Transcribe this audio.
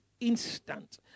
Instant